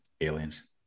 aliens